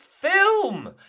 film